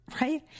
right